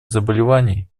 заболеваний